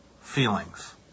feelings